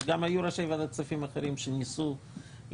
וגם היו ראשי ועדת כספים אחרים שניסו להתווכח,